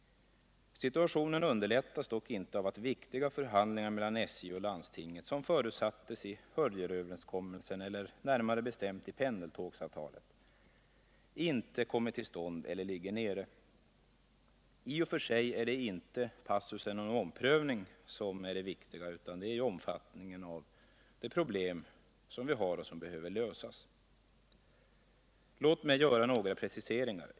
Situationen underlättas dock inte av att viktiga förhandlingar mellan SJ och landstinget, som förutsattes i Hörjelöverenskommelsen eller närmare bestämt i pendeltågsavtalet, inte kommit till stånd eller ligger nere. I och för sig är det inte passusen om omprövning som är det viktiga, utan det är omfattningen av de problem som finns och som behöver lösas. Låt mig göra några preciseringar.